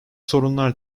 sorunlar